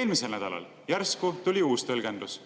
eelmisel nädalal tuli järsku uus tõlgendus,